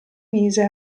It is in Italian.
mise